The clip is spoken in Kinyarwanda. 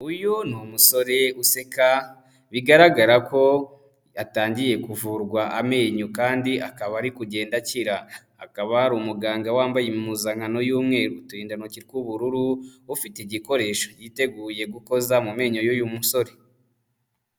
Uyu ni umusore useka bigaragara ko yatangiye kuvurwa amenyo kandi akaba ari kugenda akira, hakaba hari umuganga wambaye impuzankano y'umweru, uturindantoki tw'ubururu ufite igikoresho yiteguye gukoza mu menyo y'uyu musore.